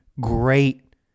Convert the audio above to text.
great